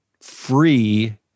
free